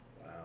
Wow